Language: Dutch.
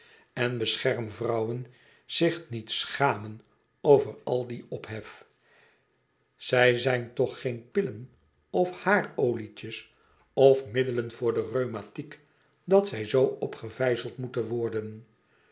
vribnd vrouwen zich niet schamen over al dien ophef zij zijn toch geen pillen of haarolietjes of middelen voor de rhumatiek dat zij zoo opgevijzeld moeten worden